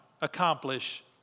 accomplish